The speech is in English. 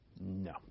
No